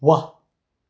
वाह